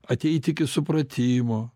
ateit iki supratimo